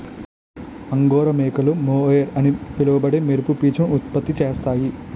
angora మేకలు mohair అని పిలువబడే మెరుపు పీచును ఉత్పత్తి చేస్తాయి